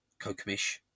Kokomish